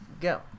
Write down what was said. go